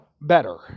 better